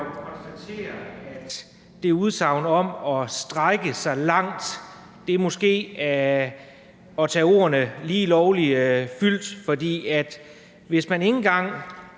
jeg jo konstatere, at det udsagn om at strække sig langt måske er at tage munden for fuld. For hvis man ikke engang